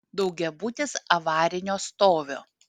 daugiabutis avarinio stovio